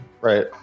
right